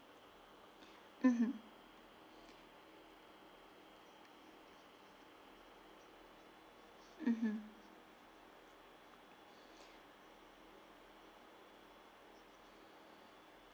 mmhmm mmhmm